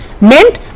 meant